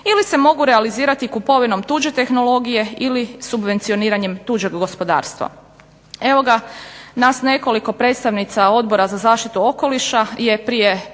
ili se mogu realizirati kupovinom tuđe tehnologije ili subvencioniranjem tuđeg gospodarstva. Evo ga, nas nekoliko predstavnica Odbora za zaštitu okoliša je prije